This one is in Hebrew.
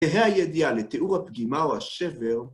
תהיה הידיעה לתיאור הפגימה או השבר.